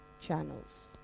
channels